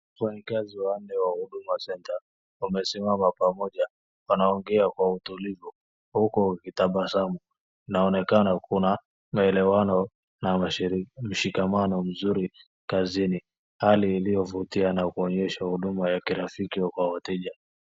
Wafanyikazi wanne wa Huduma Center wamesimama pamoja. Wanaongea kwa utulivu huku wakitabasamu wanaonekana kuna maelewano na mshikikamano mzuri kazi .Hali iliyovutia kwa kuonyesha huduma ya kila sikunya wateja.